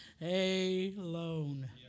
alone